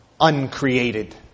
uncreated